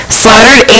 slaughtered